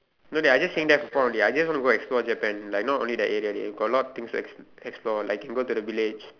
no dey I just staying there for fun only I just want to go explore Japan like not only that area dey got a lot of things to ex~ explore like can go to the village